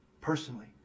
Personally